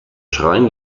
schrein